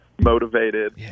Motivated